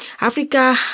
Africa